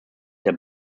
der